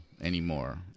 anymore